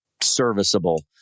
serviceable